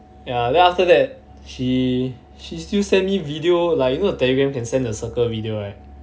ya then after that she she still send me video like you know the Telegram can send the circle video right